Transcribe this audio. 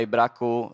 Braku